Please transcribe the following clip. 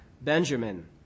Benjamin